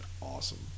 awesome